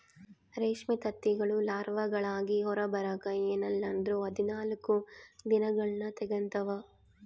ರೇಷ್ಮೆ ತತ್ತಿಗಳು ಲಾರ್ವಾಗಳಾಗಿ ಹೊರಬರಕ ಎನ್ನಲ್ಲಂದ್ರ ಹದಿನಾಲ್ಕು ದಿನಗಳ್ನ ತೆಗಂತಾವ